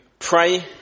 Pray